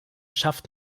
schafft